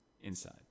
inside